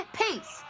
peace